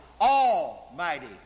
Almighty